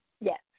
Yes